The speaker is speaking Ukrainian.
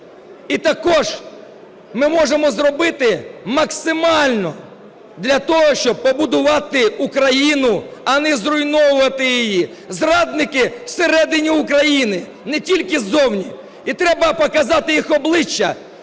І також ми можемо зробити максимально для того, щоб побудувати Україну, а не зруйновувати її. Зрадники всередині України, не тільки ззовні, і треба показати їх обличчя.